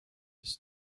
his